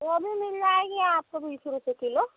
गोभी मिल जाएगी आपको बीस रुपये किलो